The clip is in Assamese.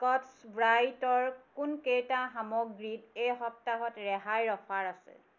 স্কট্ছ ব্ৰাইটৰ কোনকেইটা সামগ্ৰীত এই সপ্তাহত ৰেহাইৰ অফাৰ আছে